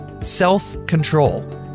self-control